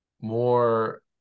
more